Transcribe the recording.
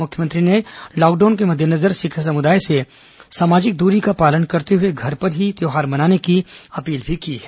मुख्यमंत्री ने लॉकडाउन के मद्देनजर सिख समुदाय से सोशल डिस्टेसिंग का पालन करते हुए घर पर ही त्यौहार मनाने की अपील भी की है